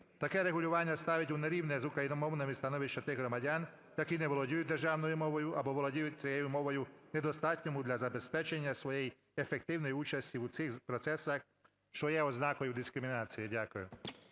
Таке регулювання ставить у нерівне з україномовними становище тих громадян, які не володіють державною мовою або володіють цією мовою в недостатньому для забезпечення своєї ефективної участі в цих процесах, що є ознакою дискримінації. Дякую.